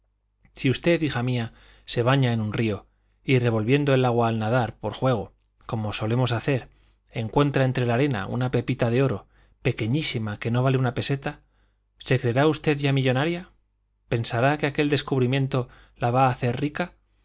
si usted hija mía se baña en un río y revolviendo el agua al nadar por juego como solemos hacer encuentra entre la arena una pepita de oro pequeñísima que no vale una peseta se creerá usted ya millonaria pensará que aquel descubrimiento la va a hacer rica